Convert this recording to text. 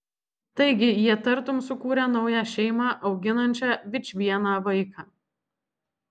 taigi jie tartum sukūrė naują šeimą auginančią vičvieną vaiką